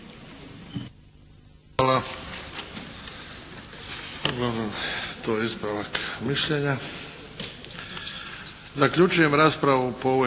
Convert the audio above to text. Uglavnom to je ispravak mišljenja. Zaključujem raspravu po ovoj